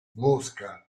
mosca